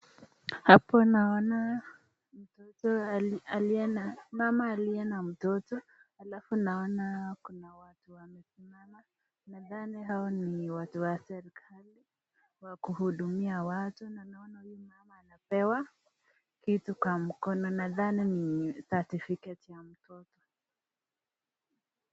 Hapo naona mtu aliye , aliye na , mama aliye na mtoto alafu naona Kuna mtu amesimama nadhani hao ni watu Wa (sertificate ) Wa kuhudumia watu . Na naona Mama huyu anapewa kitu kwa mkono nadhani ni certificate ya mtoto.